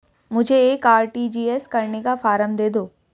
मुझे एक आर.टी.जी.एस करने का फारम दे दो?